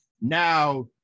Now